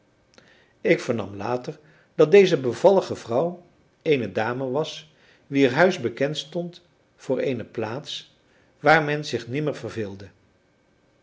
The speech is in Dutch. ik vernam later dat deze bevallige vrouw eene dame was wier huis bekend stond voor eene plaats waar men zich nimmer verveelde